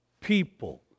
people